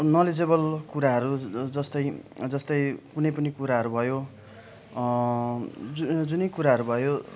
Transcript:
knowledgeable कुराहरू जस्तै जस्तै कुनै पनि कुराहरू भयो जु जुनै कुराहरू भयो